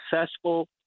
successful